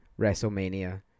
WrestleMania